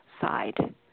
side